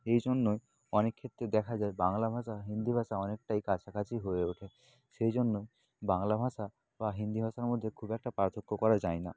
এই জন্যই অনেক ক্ষেত্রে দেখা যায় বাংলা ভাষা হিন্দি ভাষা অনেকটাই কাছাকাছি হয়ে ওঠে সেই জন্য বাংলা ভাষা বা হিন্দি ভাঁষার মধ্যে খুব একটা পার্থক্য করা যায় না